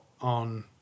on